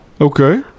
Okay